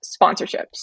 sponsorships